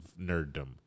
nerddom